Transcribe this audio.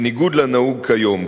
בניגוד לנהוג כיום,